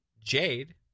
Jade